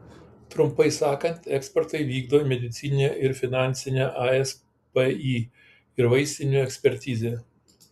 trumpai sakant ekspertai vykdo medicininę ir finansinę aspį ir vaistinių ekspertizę